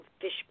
fish